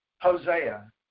Hosea